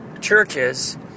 churches